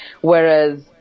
whereas